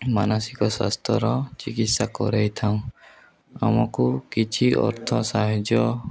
ମାନସିକ ସ୍ୱାସ୍ଥ୍ୟର ଚିକିତ୍ସା କରେଇଥାଉ ଆମକୁ କିଛି ଅର୍ଥ ସାହାଯ୍ୟ